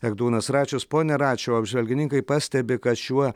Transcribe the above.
egdūnas račius pone račiau apžvalgininkai pastebi kad šiuo